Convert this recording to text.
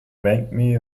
make